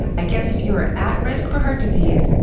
i guess if you are at risk for heart disease,